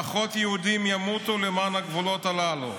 פחות יהודים ימותו למען הגבולות הללו.